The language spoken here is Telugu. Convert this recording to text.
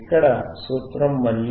ఇక్కడ సూత్రం మళ్ళీ అదే fC112πRC1